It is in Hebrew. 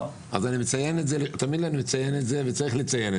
אז תאמין לי, אני מציין את זה,